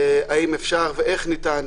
האם אפשר ואיך ניתן,